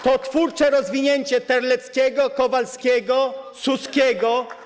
To twórcze rozwinięcie Terleckiego, Kowalskiego, Suskiego.